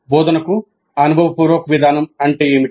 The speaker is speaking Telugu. బోధనకు అనుభవపూర్వక విధానం అంటే ఏమిటి